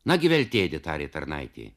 nagi veltėdi tarė tarnaitė